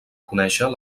conèixer